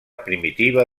primitiva